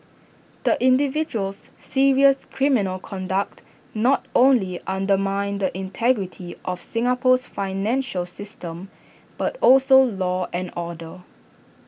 the individual's serious criminal conduct not only undermined the integrity of Singapore's financial system but also law and order